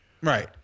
right